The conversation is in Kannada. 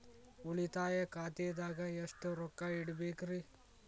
ಉಳಿತಾಯ ಖಾತೆದಾಗ ಎಷ್ಟ ರೊಕ್ಕ ಇಡಬೇಕ್ರಿ?